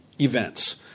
events